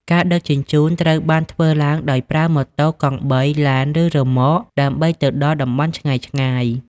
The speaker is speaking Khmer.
ការដឹកជញ្ជូន ត្រូវបានធ្វើឡើងដោយប្រើម៉ូតូកង់បី ឡាន ឬរ៉ឺម៉កដើម្បីទៅដល់តំបន់ឆ្ងាយៗ។